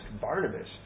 Barnabas